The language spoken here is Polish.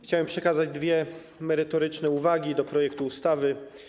Chciałbym przekazać dwie merytoryczne uwagi odnośnie do projektu ustawy.